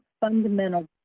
fundamental